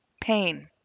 Pain